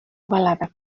ovalada